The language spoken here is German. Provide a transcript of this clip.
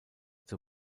zur